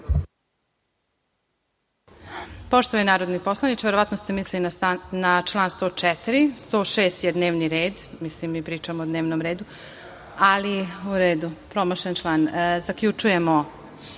Poštovani narodni poslaniče, verovatno ste mislili na član 104. jer, 106. je dnevni red, mislim, mi pričamo o dnevnom redu, ali u redu, promašen član. Zaključujemo